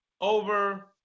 over